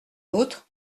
outre